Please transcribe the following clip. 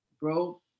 bro